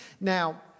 Now